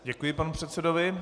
Děkuji panu předsedovi.